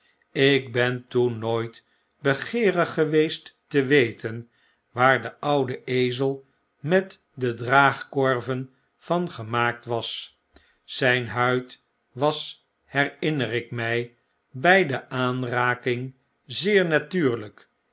ik ben toen nooit begeerig geweest te weten waar de oude ezel met de draagkorven van gemaakt was zp huid was herinner ik my by de aanraking zeer natuurlp